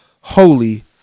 holy